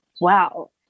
wow